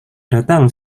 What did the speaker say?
datang